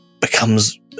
becomes